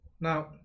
Now